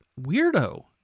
weirdo